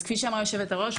אז כפי שאמרה יושבת הראש,